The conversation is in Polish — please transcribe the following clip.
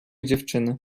dziewczyny